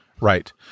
Right